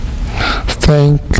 Thank